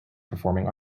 performing